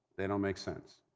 they don't make sense.